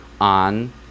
on